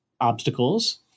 obstacles